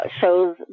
shows